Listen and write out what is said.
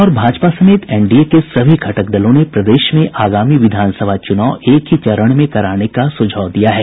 जदयू और भाजपा समेत एनडीए के सभी घटक दलों ने प्रदेश में आगामी विधानसभा चुनाव एक ही चरण में कराने का सुझाव दिया है